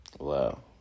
Wow